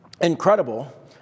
incredible